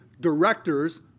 directors